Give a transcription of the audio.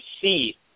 see